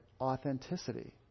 authenticity